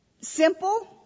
Simple